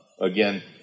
Again